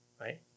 Right